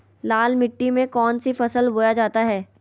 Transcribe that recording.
लाल मिट्टी में कौन सी फसल बोया जाता हैं?